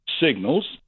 signals